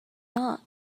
not